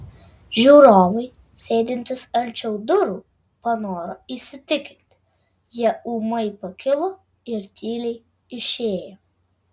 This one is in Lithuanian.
žiūrovai sėdintys arčiau durų panoro įsitikinti jie ūmai pakilo ir tyliai išėjo